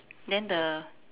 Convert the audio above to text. then the